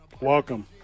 Welcome